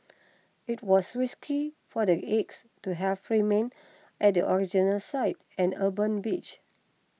it was risky for the eggs to have remained at the original site an urban beach